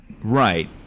Right